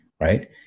right